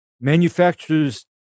Manufacturers